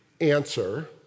answer